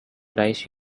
rice